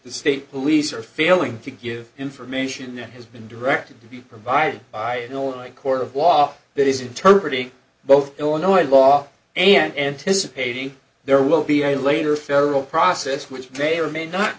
the state police are failing to give information that has been directed to be provided by you know like court of law that is interpreted in both illinois law and anticipating there will be a later federal process which may or may not